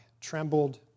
trembled